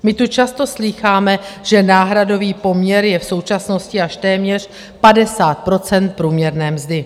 My tu často slýcháme, že náhradový poměr je v současnosti až téměř 50 % průměrné mzdy.